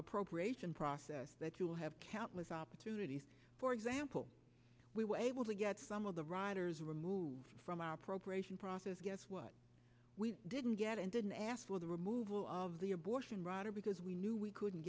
appropriation process that you'll have countless opportunities for example we were able to get some of the riders removed from our appropriation process guess what we didn't get and didn't ask for the removal of the abortion rider because we knew we couldn't